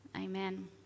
Amen